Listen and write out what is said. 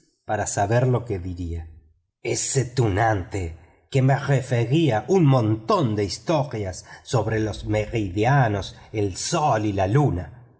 para saber lo que diría ese tunante que me refería un montón de historias sobre los meridianos el sol y la luna